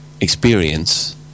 experience